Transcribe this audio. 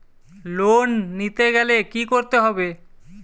Loan নিতে গেলে কি করতে হবে?